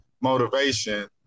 motivation